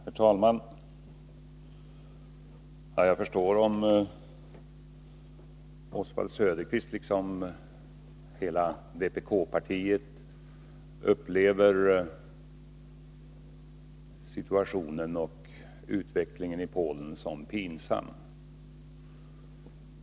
Herr talman! Jag förstår att Oswald Söderqvist liksom hela hans parti upplever situationen och utvecklingen i Polen som pinsamma.